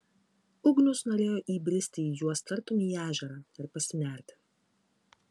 ugnius norėjo įbristi į juos tartum į ežerą ir pasinerti